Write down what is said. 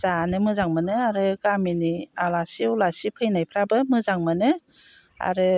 जानो मोजां मोनो आरो गामिनि आलासि उलासि फैनायफोराबो मोजां मोनो आरो